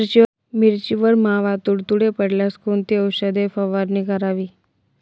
मिरचीवर मावा, तुडतुडे पडल्यास कोणती औषध फवारणी करावी?